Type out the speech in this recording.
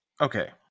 okay